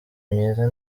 myiza